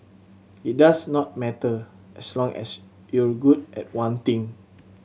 it does not matter as long as you're good at one thing